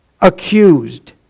accused